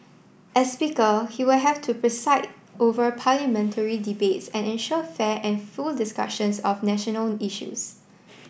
as speaker he will have to preside over parliamentary debates and ensure fair and full discussions of national issues